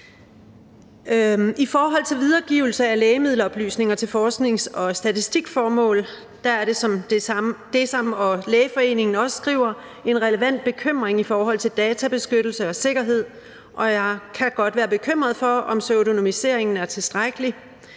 I forhold til videregivelse af lægemiddeloplysninger til forsknings- og statistikformål er der, som DSAM og Lægeforeningen også skriver, en relevant bekymring i forhold til databeskyttelse og sikkerhed, og jeg kan godt være bekymret for, om pseudonymiseringen er tilstrækkelig.